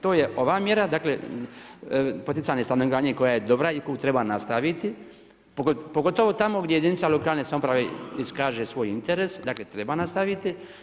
To je ova mjera dakle poticanje stanogradnje koja je dobra i koju treba nastaviti, pogotovo tamo gdje jedinica lokalne samouprave iskaže svoj interes, dakle treba nastaviti.